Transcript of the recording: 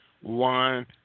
One